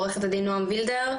עורכת הדין נעם וילדר,